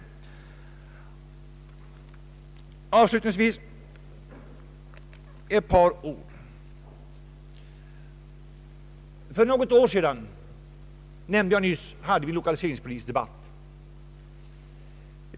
Jag nämnde nyss att vi för något år sedan hade en lokaliseringspolitisk debatt.